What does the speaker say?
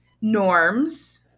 norms